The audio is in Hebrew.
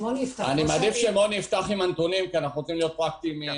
אני מעדיף שמוני יפתח עם הנתונים כי אנחנו רוצים להיות פרקטיים.